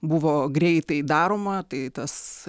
buvo greitai daroma tai tas